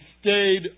stayed